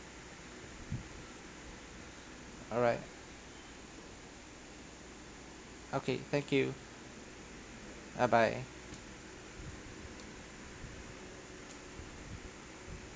alright okay thank you bye bye